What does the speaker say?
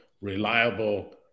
reliable